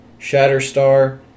Shatterstar